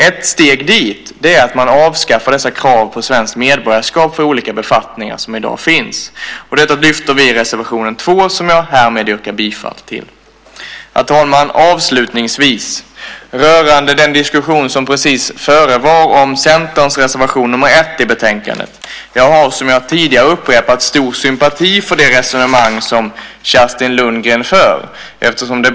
Ett steg dit är att avskaffa dessa krav på svenskt medborgarskap som i dag finns för olika befattningar. Detta lyfter vi fram i reservation 2, som jag härmed yrkar bifall till. Herr talman! Avslutningsvis: Rörande den diskussion som precis förevar om Centerns reservation nr 1 i betänkandet har jag, som jag tidigare upprepat, stor sympati för det resonemang som Kerstin Lundgren för.